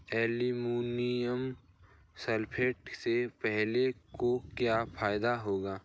Ammonium sulphate से फसलों को क्या फायदा होगा?